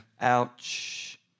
ouch